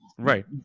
Right